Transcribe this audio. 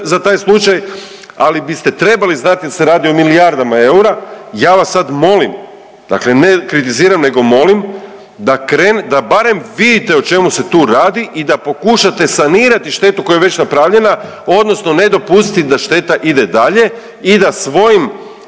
za taj slučaj, ali biste trebali znati jer se radi o milijardama eura. Ja vas sad molim, dakle ne kritiziram nego molim, da .../nerazumljivo/... da barem vidite o čemu se tu radi i da pokušate sanirati štetu koja je već napravljena odnosno ne dopustiti da šteta ide dalje i da svojim